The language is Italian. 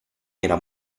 era